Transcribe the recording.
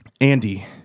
Andy